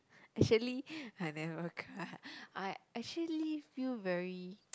actually I never cry I actually feel very